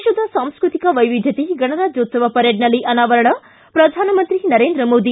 ದೇಶದ ಸಾಂಸ್ಕೃತಿಕ ವೈವಿಧ್ಯತೆ ಗಣರಾಜ್ಯೋತ್ಸವ ಪರೇಡ್ನಲ್ಲಿ ಅನಾವರಣ ಪ್ರಧಾನಮಂತ್ರಿ ನರೇಂದ್ರ ಮೋದಿ